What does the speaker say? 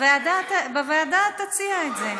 בוועדה תציע את זה.